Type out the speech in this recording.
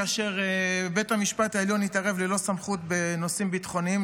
כאשר בית המשפט העליון התערב ללא סמכות בנושאים ביטחוניים,